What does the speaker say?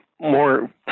more